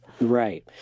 Right